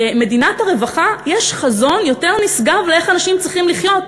למדינת הרווחה יש חזון יותר נשגב איך אנשים צריכים לחיות,